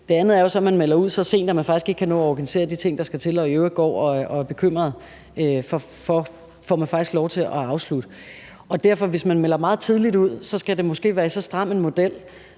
Det andet er jo så, at man melder ud så sent, at man faktisk ikke kan nå at organisere de ting, der skal til, og i øvrigt går og er bekymret for, om man faktisk får lov til at afslutte. Hvis man derfor melder meget tidligt ud, bliver det måske i så stram en model,